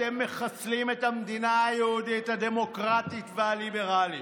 אתם מחסלים את המדינה היהודית הדמוקרטית והליברלית.